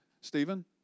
Stephen